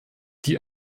die